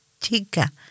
chica